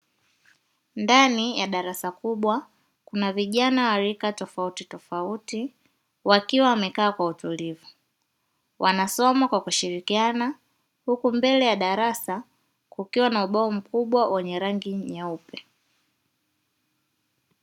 Ndani ya darasa kubwa kuna vijana wa rika tofautitofauti wakiwa wamekaa kwa utulivu, wanasoma kwa kushirikiana huku mbele ya darasa kukiwa na ubao mkubwa wenye rangi nyeupe.